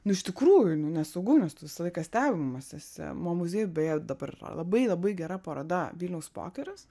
nu iš tikrųjų nu nesaugu nes tu visą laiką stebimas esi mo muziejuj beje dabar labai labai gera paroda vilniaus pokeris